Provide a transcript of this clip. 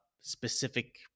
specific